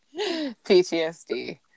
PTSD